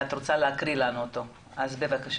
את רוצה להקריא לנו אותו, אז בבקשה.